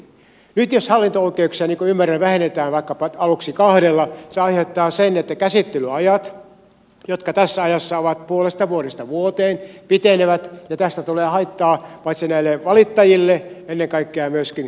nyt jos hallinto oikeuksia niin kuin ymmärrän vähennetään vaikkapa aluksi kahdella se aiheuttaa sen että käsittelyajat jotka tässä ajassa ovat puolesta vuodesta vuoteen pitenevät ja tästä tulee haittaa paitsi näille valittajille ennen kaikkea myöskin peruskunnille